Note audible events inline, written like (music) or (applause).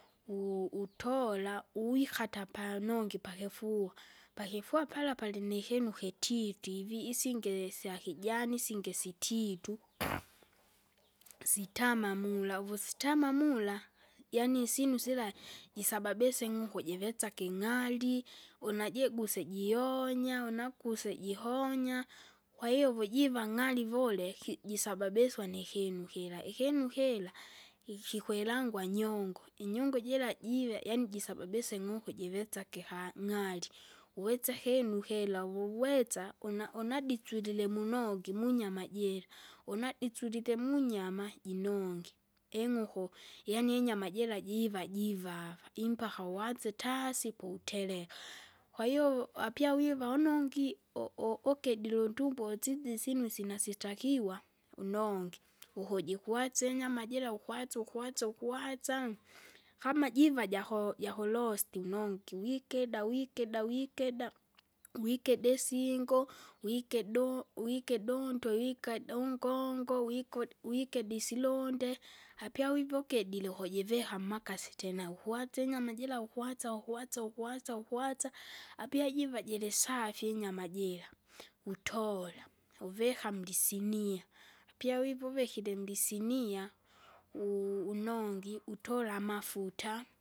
(noise) u- utola, uwikata panongi pakifua, pakifua pala palinikinu kititi ivi isinge syakijani isinge sititu. (noise) Sitama mula, (noise) uvusitama mula, (noise) yaani isyinu sila jisababisha ing'uku jivesake ing'ali, unajiguse jionya, unaguse jihonya. Kwahiyo uvu jiva ng'ali vuleki jisababiswa nikinu kila, ikinu kila, kikwilangwa nyongo, inyongo jira jive yaani jisababisa ing'uku jivetsage ka- ng'ari. Uwetsa kinu kira uvuwesta una- unadi tulile munogi munyama jiira. Unadisulile munyama, jinongi ing'uku, yaani inyama jira jiva- jivava, impaka uanze tasi po utereka. Kwahiyo apia wiva unongi u- u- ukedile untumbo siji sinu sinasitakiwa unongi, ukujikwasi inyama jira ukwasi ukwasi ukwasa, kama jiva jako- jakulosti nungi wikida wikida wikida, wikida isingo, wikido wikidonto wikadi ungongo, wkudi wikedi isilunde. Apya wivo ukedire ukujivika mmakasi tena, ukwasi inyama jira ukwasa ukwasa ukwasa ukwasa ukwasa, apai jiva jirisafi inyama jira, witola, uvika mulisinia, apya wive uvikire mulisinia, (noise) u- unongi utola amafuta.